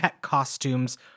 costumes